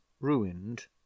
ruined